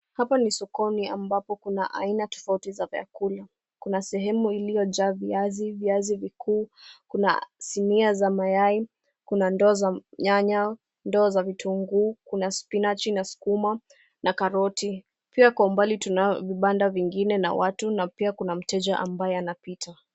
Hapa ni sokoni ambapo kuna aina tofauti za vyakula. Kuna sehemu iliyojaa viazi, viazi vikuu, kuna sinia za mayai, kuna ndoo za nyanya, ndoo za vitunguu, kuna spinachi na sukuma na karoti. Pia kwa umbali tunaona vibanda vingine na watu na pia kuna mteja ambaye anapita.